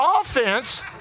offense